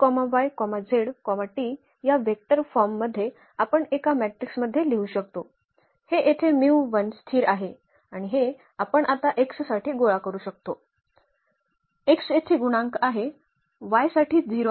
y z t या vector form मध्ये आपण एका मेट्रिक्स मध्ये लिहू शकतो हे येथे स्थिर आहे आणि हे आपण आता x साठी गोळा करू शकतो x येथे गुणांक आहे y साठी 0 आहे